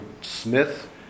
Smith